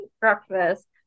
breakfast